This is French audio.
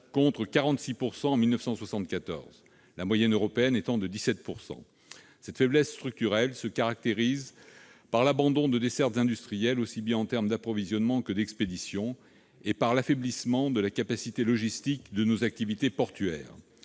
contre 46 % en 1974, la moyenne européenne étant de 17 %. Cette faiblesse structurelle se caractérise par l'abandon de dessertes industrielles, aussi bien en termes d'approvisionnement que d'expéditions, et par l'affaiblissement de la capacité logistique de nos activités portuaires.